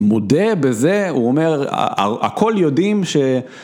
מודה בזה, הוא אומר, הכל יודעים ש...